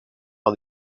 par